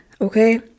okay